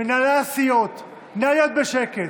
מנהלי הסיעות, נא להיות בשקט.